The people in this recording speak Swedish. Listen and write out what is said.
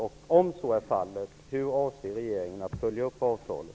Om så är fallet, hur avser regeringen att följa upp avtalet?